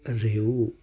રહેવું